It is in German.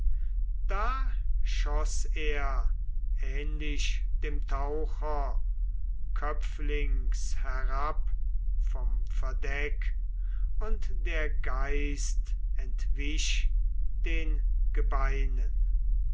da schoß er ähnlich dem taucher köpflings herab vom verdeck und der geist entwich den gebeinen